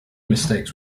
mistakes